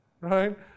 Right